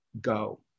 go